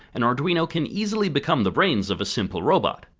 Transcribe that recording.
an arduino can easily become the brains of a simple robot.